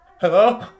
hello